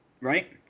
Right